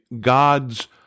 God's